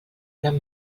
gran